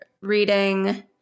reading